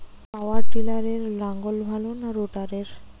পাওয়ার টিলারে লাঙ্গল ভালো না রোটারের?